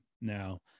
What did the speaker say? Now